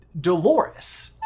Dolores